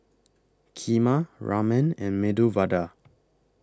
Kheema Ramen and Medu Vada